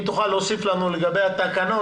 אם תוכל להוסיף לנו לגבי התקנות,